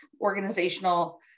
organizational